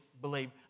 believe